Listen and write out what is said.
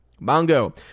Bongo